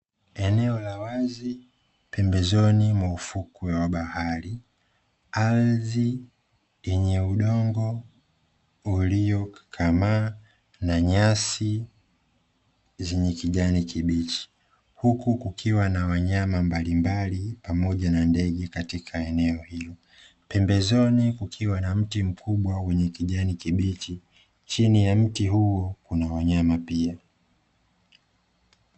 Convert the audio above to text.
Eneo la wazi mbembezoni mwa ufukwe wa bahari, ardhi yenye udongo uliokakamaa na nyasi zenye kijani kibichi huku kukiwa na wanyama mbalimbali pamoja na ndege katika eneo hilo pembezoni, kukiwa na mti mkubwa wenye kijani kibichi chini ya mti huo kuna wanyama pia.